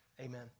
amen